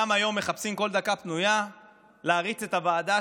גם היום מחפשים כל דקה פנויה להריץ את הוועדה,